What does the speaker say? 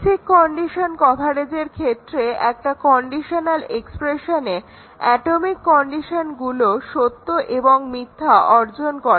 basic condition কভারেজের ক্ষেত্রে একটা কন্ডিশনাল এক্সপ্রেশনে অ্যাটমিক কন্ডিশনগুলো সত্য এবং মিথ্যা অর্জন করে